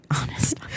honest